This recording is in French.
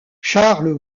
charles